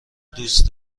دوست